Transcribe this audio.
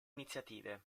iniziative